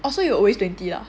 oh so you always twenty lah